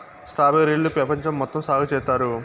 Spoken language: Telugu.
స్ట్రాబెర్రీ లను పెపంచం మొత్తం సాగు చేత్తారు